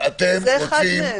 זה אחד מהם.